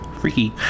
Freaky